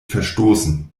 verstoßen